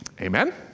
Amen